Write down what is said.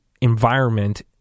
environment